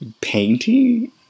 painting